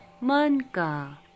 Manka